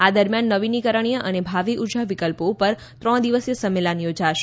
આ દરમિયાન નવીનીકરણીય અને ભાવી ઉર્જા વિકલ્પો પર ત્રણ દિવસીય સંમેલન યોજાશે